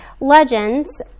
legends